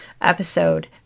episode